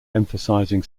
emphasizing